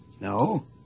No